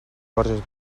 borges